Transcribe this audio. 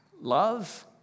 love